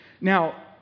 Now